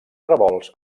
revolts